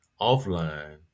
offline